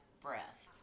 breath